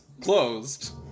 closed